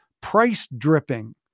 price-dripping